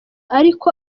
ariko